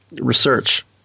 research